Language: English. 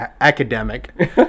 academic